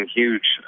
huge